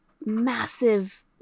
massive